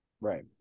right